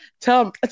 Tell